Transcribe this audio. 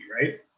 right